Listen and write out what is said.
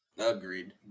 Agreed